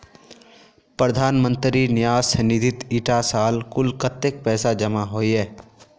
प्रधानमंत्री न्यास निधित इटा साल कुल कत्तेक पैसा जमा होइए?